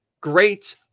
great